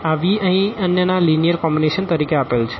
આ v અહીં અન્યના લીનીઅર કોમ્બીનેશન તરીકે આપેલ છે